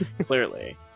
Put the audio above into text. Clearly